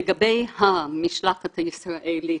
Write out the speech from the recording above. לגבי המשלחת הישראלית